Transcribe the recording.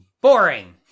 boring